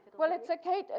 well, it's okay.